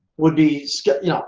would be skeptical.